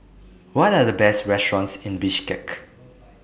What Are The Best restaurants in Bishkek